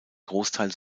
großteil